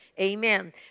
amen